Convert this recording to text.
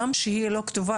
גם שהיא לא כתובה,